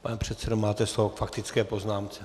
Pane předsedo, máte slovo k faktické poznámce.